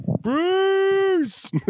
bruce